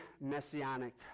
messianic